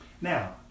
Now